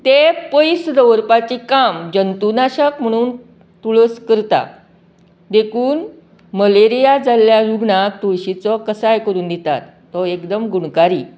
तें पयस दवरपाचें काम जंतूनाशक म्हणून तुळस करता देखून मलेरिया जाल्यांक ना तुळशीचो कसाय करून दितात हो एकदम गुणकारी